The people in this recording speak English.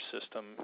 system